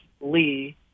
Lee